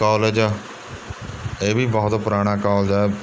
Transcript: college ਇਹ ਵੀ ਬਹੁਤ ਪੁਰਾਣਾ ਕੋਲਜ ਹੈ